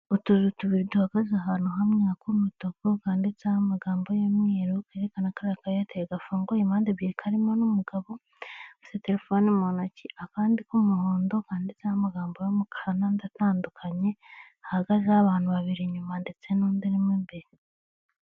Utuzu tubiri duhagaze ahantu hamwe ak'umutuku kanditseho amagambo y'umweru yerekana kari aka eyateri gafungugwa impande ebyiri karimo n'umugabo ufite terepfone mu ntoki akandi k'umuhondo handitseho amagambo y'umukara n'andi atandukanye hahagazeho abantu babiri inyuma ndetse n'undi urimo imbere.